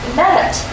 met